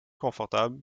confortable